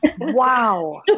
Wow